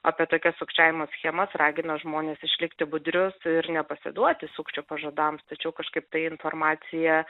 apie tokias sukčiavimo schemas ragina žmones išlikti budrius ir nepasiduoti sukčių pažadams tačiau kažkaip ta informacija